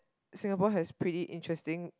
Singapore has pretty interesting